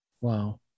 wow